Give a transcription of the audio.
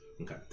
okay